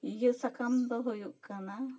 ᱤᱭᱟᱹ ᱥᱟᱠᱟᱢ ᱫᱚ ᱦᱩᱭᱩᱜ ᱠᱟᱱᱟ